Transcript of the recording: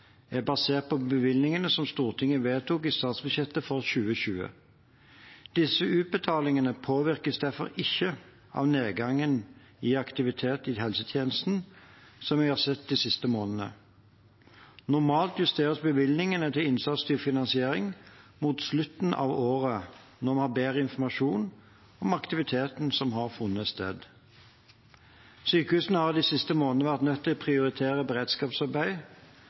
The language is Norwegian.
er basert på bevilgningene som Stortinget vedtok i statsbudsjettet for 2020. Disse utbetalingene påvirkes derfor ikke av nedgangen i aktivitet i helsetjenesten som vi har sett de siste månedene. Normalt justeres bevilgningene til innsatsstyrt finansiering mot slutten av året, når vi har bedre informasjon om aktiviteten som har funnet sted. Sykehusene har de siste månedene vært nødt til å prioritere beredskapsarbeid,